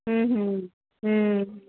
हम्म हम्म हम्म